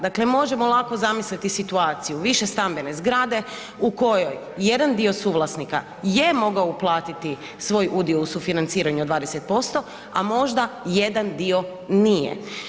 Dakle možemo lako zamisliti situaciju, višestambene zgrade u kojoj jedan dio suvlasnika je mogao uplatiti svoj udio u sufinanciranju od 20%, a možda jedan dio nije.